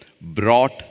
brought